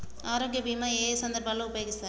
ఆరోగ్య బీమా ఏ ఏ సందర్భంలో ఉపయోగిస్తారు?